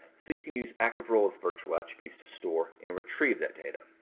so you can use active role's virtual attributes to store and retrieve that data.